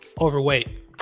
overweight